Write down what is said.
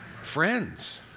Friends